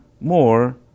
more